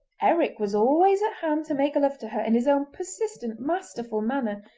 eric was always at hand to make love to her in his own persistent, masterful manner,